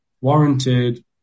warranted